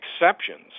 exceptions